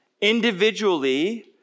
individually